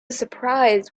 surprise